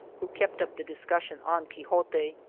who kept up the discussion on quixote.